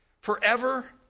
forever